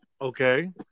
Okay